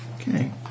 Okay